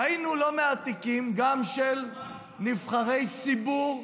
ראינו לא מעט תיקים, גם של נבחרי ציבור.